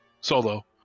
Solo